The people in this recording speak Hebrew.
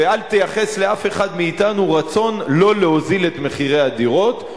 ואל תייחס לאף אחד מאתנו רצון לא להוזיל את הדירות,